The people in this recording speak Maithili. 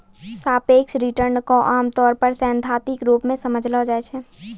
सापेक्ष रिटर्न क आमतौर पर सैद्धांतिक रूप सें समझलो जाय छै